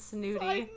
snooty